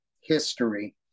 history